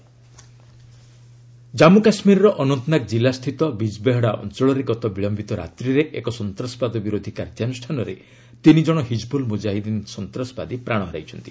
JK encounter Jammu କାଶ୍କୀରର ଅନନ୍ତନାଗ ଜିଲ୍ଲା ସ୍ଥିତ ବିଜବେହେଡ଼ା ଅଞ୍ଚଳରେ ଗତ ବିଳୟିତ ରାତ୍ରିରେ ଏକ ସନ୍ତାସବାଦ ବିରୋଧୀ କାର୍ଯ୍ୟାନୁଷ୍ଠାନରେ ତିନି ଜଣ ହିଜ୍ବୁଲ୍ ମୁଜାହିଦ୍ଦିନ୍ ସନ୍ତାସବାଦୀ ପ୍ରାଣ ହରାଇଛନ୍ତି